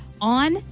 On